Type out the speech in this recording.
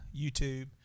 youtube